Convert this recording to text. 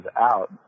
out